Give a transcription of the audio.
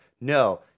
no